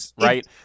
right